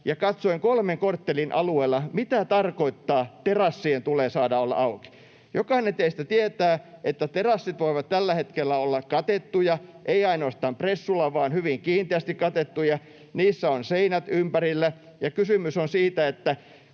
ja katsoin kolmen korttelin alueella, mitä tarkoittaa ”terassien tulee saada olla auki”. Jokainen teistä tietää, että terassit voivat tällä hetkellä olla katettuja — eivät ainoastaan pressulla vaan hyvin kiinteästi katettuja, ja niissä on seinät ympärillä. Ja kysymys on siitä, että